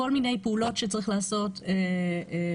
כל מיני פעולות שצריך לעשות ואנחנו